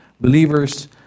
Believers